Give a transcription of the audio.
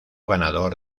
ganador